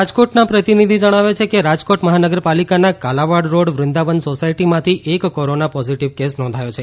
રાજકોટના પ્રતિનિધિ જણાવે છે કે રાજકોટ મહાનગર પાલિકાના કાલાવાડ રોડ વૃંદાવન સોસાયમાંથી એક કોરોના પોઝીટીવ કેસ નોંધાયો છે